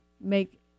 make